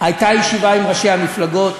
הייתה ישיבה עם ראשי המפלגות,